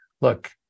look